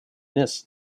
this